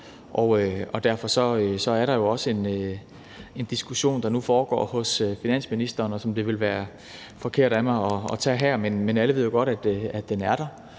Derfor er der også en diskussion, der nu foregår hos finansministeren, og som det ville være forkert af mig at tage her. Men alle ved jo godt, at den er der,